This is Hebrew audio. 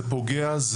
זה פוגע,